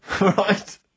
Right